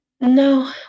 No